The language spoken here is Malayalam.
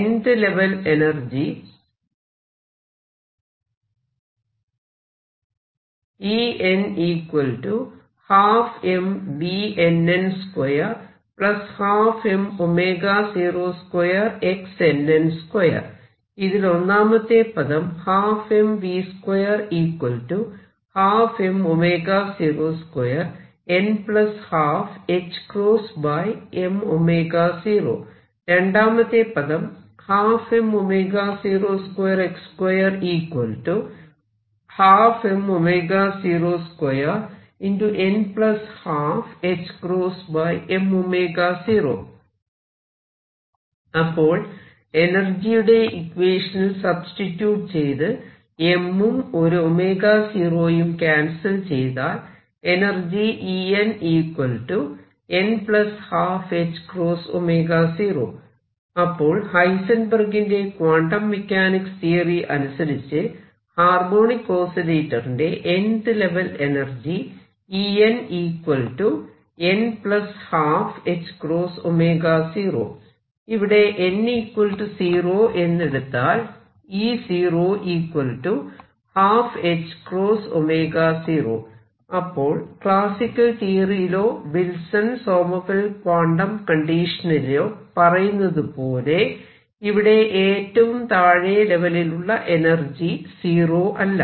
nth ലെവൽ എനർജി ഇതിൽ ഒന്നാമത്തെ പദം 12mv2 12m02n12ħm0 രണ്ടാമത്തെ പദം 12m02x2 12mω02n12 ℏm0 അപ്പോൾ എനർജിയുടെ ഇക്വേഷനിൽ സബ്സ്റ്റിട്യൂട് ചെയ്ത് m ഉം ഒരു 0 യും ക്യാൻസൽ ചെയ്താൽ എനർജി അപ്പോൾ ഹൈസെൻബെർഗിന്റെ ക്വാണ്ടം മെക്കാനിക്സ് തിയറി അനുസരിച്ച് ഹാർമോണിക് ഓസിലേറ്ററിന്റെ nth ലെവൽ എനർജി ഇവിടെ n 0 എന്നെടുത്താൽ അപ്പോൾ ക്ലാസിക്കൽ തിയറിയിലോ വിൽസൺ സോമർഫെൽ ക്വാണ്ടം കണ്ടീഷണനിലോ പറയുന്നതുപോലെ ഇവിടെ ഏറ്റവും താഴെ ലെവെലിലുള്ള എനർജി 0 അല്ല